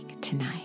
tonight